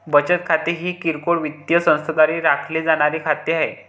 बचत खाते हे किरकोळ वित्तीय संस्थांद्वारे राखले जाणारे खाते आहे